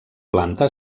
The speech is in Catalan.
planta